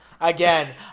Again